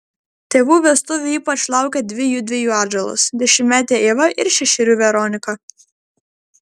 tėvų vestuvių ypač laukė dvi jųdviejų atžalos dešimtmetė ieva ir šešerių veronika